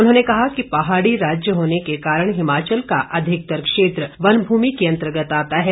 उन्होंने कहा कि पहाड़ी राज्य होने के कारण हिमाचल का अधिकतर क्षेत्र वन भूमि के अंतर्गत आता है